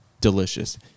Delicious